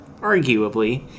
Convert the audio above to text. arguably